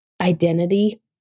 identity